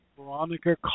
Veronica